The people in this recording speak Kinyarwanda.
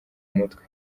umutwe